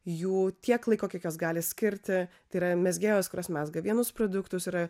jų tiek laiko kiek jos gali skirti tai yra mezgėjos kurios mezga vienus produktus yra